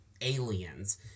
aliens